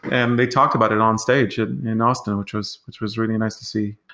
and they talked about it on stage in austin, which was which was really nice to see.